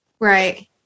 Right